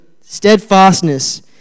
steadfastness